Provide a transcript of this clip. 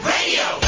Radio